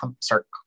start